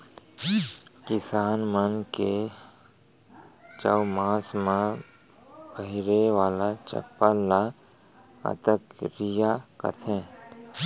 किसान मन के चउमास म पहिरे वाला चप्पल ल अकतरिया कथें